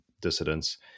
dissidents